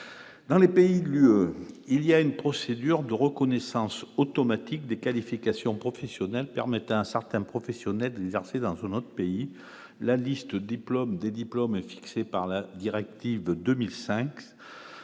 dans les pays de l'UE, il y a une procédure de reconnaissance automatique des qualifications professionnelles permettent à certains professionnels de l'exercer dans un autre pays, la liste des diplômes des diplômés, fixé par la directive de 2005,